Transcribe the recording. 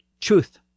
truth